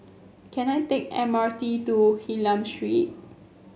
can I take M R T to Hylam Street